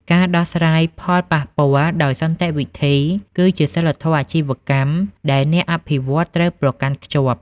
ការដោះស្រាយផលប៉ះពាល់ដោយសន្តិវិធី គឺជាសីលធម៌អាជីវកម្មដែលអ្នកអភិវឌ្ឍន៍ត្រូវប្រកាន់ខ្ជាប់។